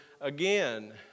again